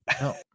No